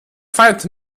feiert